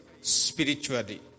spiritually